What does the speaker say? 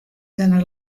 than